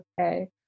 okay